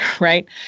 Right